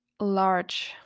large